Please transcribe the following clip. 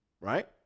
Right